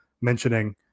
mentioning